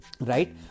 Right